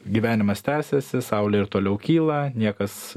gyvenimas tęsiasi saulė ir toliau kyla niekas